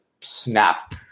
snap